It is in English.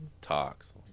talks